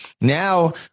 now